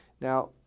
Now